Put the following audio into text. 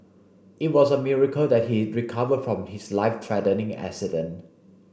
it was a miracle that he recovered from his life threatening accident